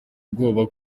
ubwoba